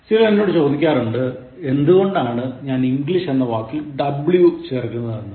ചിലർ എന്നോട് ചോദിക്കാറുണ്ട് എന്തുകൊണ്ടാണ് ഞാൻ ഇംഗ്ലീഷ് എന്ന വാക്കിൽ w ചേർക്കുന്നത് എന്ന്